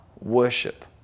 worship